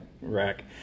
rack